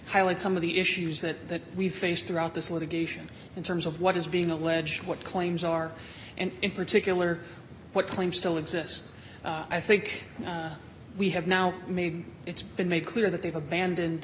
highlights some of the issues that we've faced throughout this litigation in terms of what is being alleged what claims are and in particular what claim still exists i think we have now made it's been made clear that they've abandoned